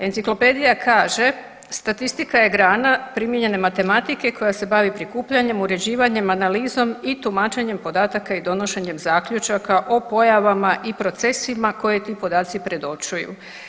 Enciklopedija kaže statistika je grana primijenjene matematike koja se bavi prikupljanjem, uređivanjem, analizom i tumačenjem podataka i donošenjem zaključaka o pojavama i procesima koje ti podaci predočuju.